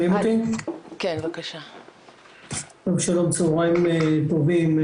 שלום, צוהריים טובים.